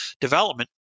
development